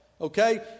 okay